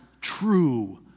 true